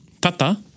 Tata